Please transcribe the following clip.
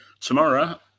tomorrow